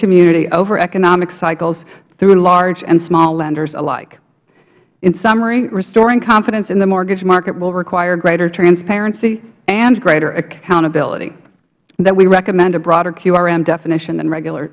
community over economic cycles through large and small lenders alike in summary restoring confidence in the mortgage market will require greater transparency and greater accountability though we recommend a broader qrm definition than